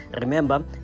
remember